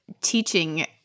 teaching